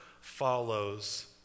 follows